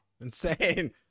Insane